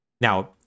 now